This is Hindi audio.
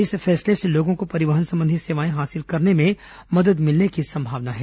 इस फैसले से लोगों को परिवहन सम्बंधी सेवाएं हासिल करने में मदद मिलने की सम्भावना है